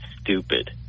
stupid